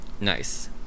Nice